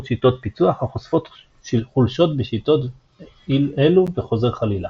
שיטות פיצוח החושפות חולשות בשיטות אילו וחוזר חלילה.